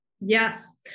Yes